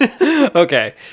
okay